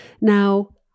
Now